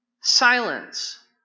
silence